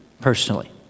personally